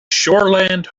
shoreland